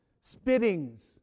spittings